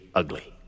ugly